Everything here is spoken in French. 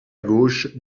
gauche